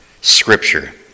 Scripture